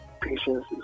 patience